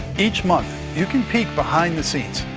each month, you can peak behind the scenes,